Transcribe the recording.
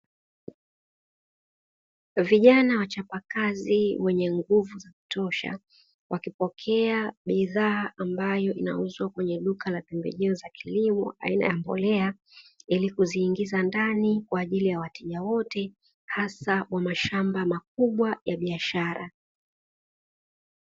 Vijana wachapakazi wenye nguvu za kutosha wakipokea bidhaa ambayo inauzwa kwenye duka la pembejeo za kilimo aina ya mbolea, ili kuziingiza ndani kwa ajili ya wateja wote haswa wa mashamba makubwa ya biashara.